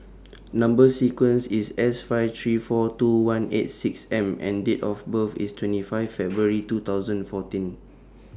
Number sequence IS S five three four two one eight six M and Date of birth IS twenty five February two thousand fourteen